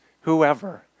whoever